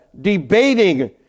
debating